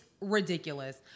ridiculous